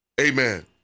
Amen